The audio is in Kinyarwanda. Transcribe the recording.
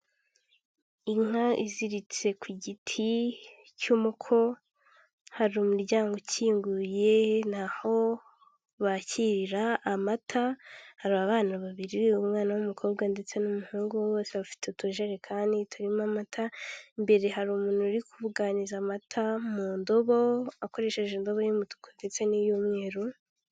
Inka iziritse ku giti cy'umuko hari umuryango ukinguye, ni aho bakirarira amata, hari abana babiri, umwana w'umukobwa ndetse n'umuhungu, bose bafite utujerekani turimo amata, imbere hari umuntu uri kuvuganiza amata mu ndobo akoresheje indobo y'umutuku ndetse n'iy'umweru.